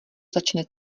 začne